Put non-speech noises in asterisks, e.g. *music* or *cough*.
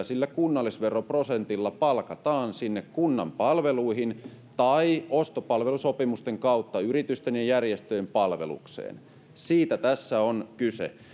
*unintelligible* sillä kunnallisveroprosentilla palkataan riittävä määrä hoitajia sinne kunnan palveluihin tai ostopalvelusopimusten kautta yritysten ja järjestöjen palvelukseen siitä tässä on kyse tarvitaan